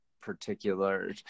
particular